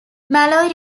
molloy